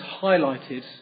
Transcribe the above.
highlighted